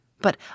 But